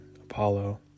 Apollo